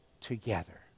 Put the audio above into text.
together